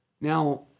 Now